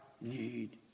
need